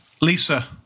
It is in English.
Lisa